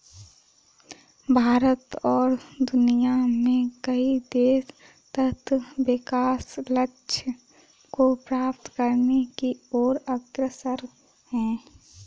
भारत और दुनिया में कई देश सतत् विकास लक्ष्य को प्राप्त करने की ओर अग्रसर है